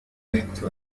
يحدث